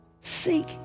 Seek